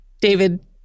David